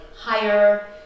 higher